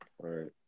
right